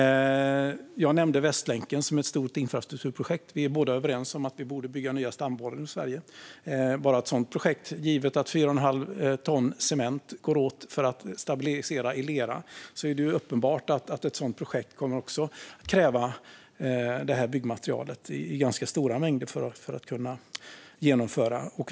Jag nämnde Västlänken som ett stort infrastrukturprojekt. Vi är båda överens om att vi borde bygga nya stambanor i Sverige. Det är uppenbart att bara ett sådant projekt, givet att 4 1⁄2 ton cement går åt för att stabilisera i lera, också kommer att kräva detta byggmaterial i ganska stora mängder för att man ska kunna genomföra det.